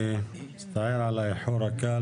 אני מצטער על האיחור הקל,